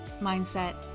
mindset